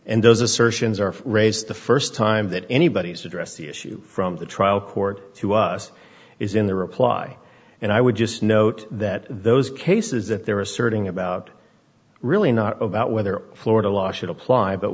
and those assertions are raised the first time that anybody's addressed the issue from the trial court to us is in the reply and i would just note that those cases that they're asserting about really not about whether a florida law should apply but